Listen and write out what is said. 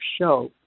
show